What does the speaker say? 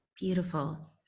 beautiful